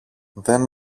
δεν